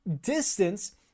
distance